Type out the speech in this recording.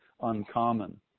uncommon